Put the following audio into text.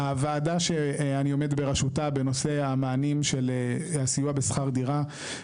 הוועדה שאני עומד בראשותה בנושא המענים של הסיוע בשכר דירה,